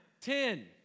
Ten